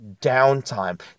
downtime